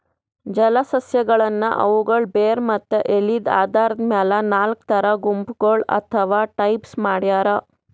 ಜಲಸಸ್ಯಗಳನ್ನ್ ಅವುಗಳ್ ಬೇರ್ ಮತ್ತ್ ಎಲಿದ್ ಆಧಾರದ್ ಮೆಲ್ ನಾಲ್ಕ್ ಥರಾ ಗುಂಪಗೋಳ್ ಅಥವಾ ಟೈಪ್ಸ್ ಮಾಡ್ಯಾರ